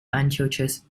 antiochus